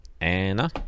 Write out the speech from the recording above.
Anna